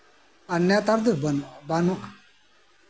ᱟᱨ ᱱᱮᱛᱟᱨ ᱫᱚ ᱵᱟᱹᱱᱩᱜᱼᱟ